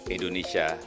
Indonesia